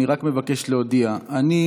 אני רק מבקש להודיע: אני,